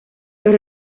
los